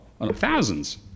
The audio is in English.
Thousands